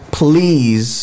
please